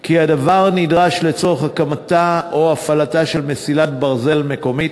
כי הדבר נדרש לצורך הקמתה או הפעלתה של מסילת ברזל מקומית.